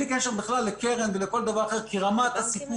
לא לקרן ולא לשום דבר אחר כי רמת הסיכון